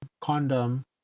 condom